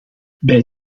bij